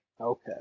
Okay